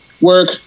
work